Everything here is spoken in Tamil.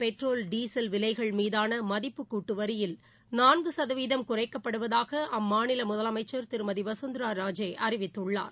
பெட்ரோல் டீசல் விலைகள் மீதானமதிப்பு கூட்டுவரியில் நான்குசதவீதம் ராஜஸ்தானில் குறைக்கப்படுவதாகஅம்மாநிலமுதலமைச்சர் திருமதிவசுந்திராராஜே அறிவித்துள்ளார்